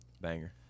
banger